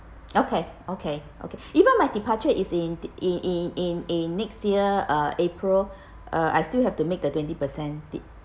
okay okay okay even my departure is in in in in in next year uh april uh I still have to make the twenty percent de~